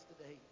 today